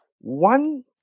one